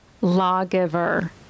lawgiver